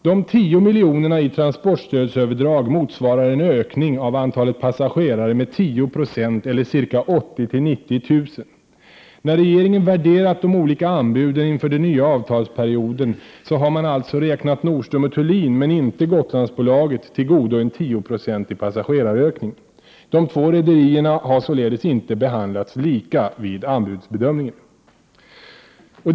De 10 miljonerna i transportstödsöverdrag motsvarar en ökning av antalet passagerare med 10 96 eller ca 80 000-90 000. När regeringen värderat de olika anbuden inför den nya avtalsperioden har man alltså räknat Nordström & Thulin, men inte Gotlandsbolaget, till godo en 10-procentig passagerarökning. De två rederierna har således inte behandlats lika vid anbudsbedömningen.